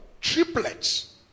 triplets